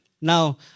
Now